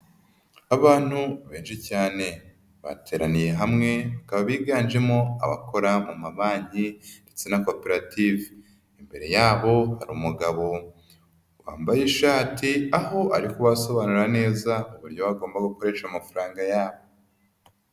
Abantu benshi cyane, bateraniye hamwe, bakaba biganjemo abakora mu mabanki ndetse na koperative, imbere yabo hari umugabo wambaye ishati aho ari kubasobanura neza uburyo bagombaga gukoresha amafaranga yabo.